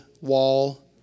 wall